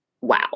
wow